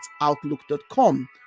Outlook.com